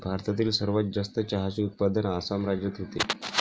भारतातील सर्वात जास्त चहाचे उत्पादन आसाम राज्यात होते